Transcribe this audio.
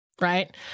right